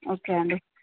okay అండి